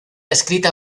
escrita